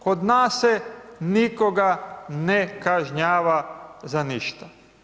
Kod nas se nikoga ne kažnjava za ništa.